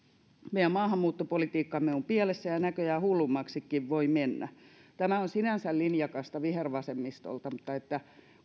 meidän maahanmuuttopolitiikkamme on pielessä ja näköjään hullummaksikin voi mennä tämä on sinänsä linjakasta vihervasemmistolta mutta sitä että